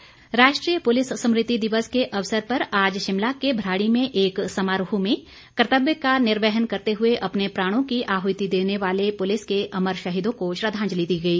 स्मृति दिवस राष्ट्रीय पुलिस स्मृति दिवस के अवसर पर आज शिमला के भराड़ी में एक समारोह में कर्तव्य का निर्वहन करते हुए अपने प्राणों की आहूति देने वाले पुलिस के अमर शहीदों को श्रद्वांजलि दी गई